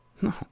No